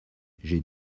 j’ai